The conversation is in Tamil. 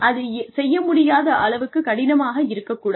அது செய்ய முடியாத அளவுக்குக் கடினமாக இருக்கக் கூடாது